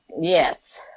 Yes